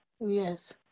Yes